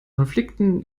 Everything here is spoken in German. konflikten